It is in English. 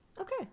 Okay